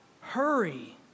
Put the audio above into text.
hurry